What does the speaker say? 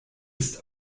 ist